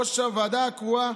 ראש הוועדה הקרואה,